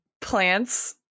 plants